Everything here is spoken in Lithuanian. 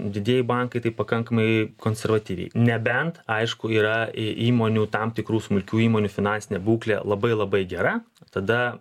didieji bankai tai pakankamai konservatyviai nebent aišku yra į įmonių tam tikrų smulkių įmonių finansinė būklė labai labai gera tada